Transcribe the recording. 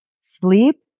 Sleep